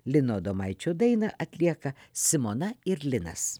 lino adomaičio dainą atlieka simona ir linas